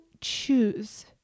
choose